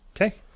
Okay